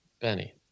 Benny